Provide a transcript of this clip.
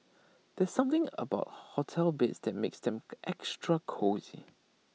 there's something about hotel beds that makes them extra cosy